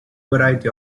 variety